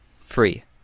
free